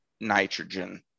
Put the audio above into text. nitrogen